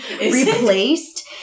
replaced